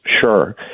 Sure